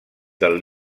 del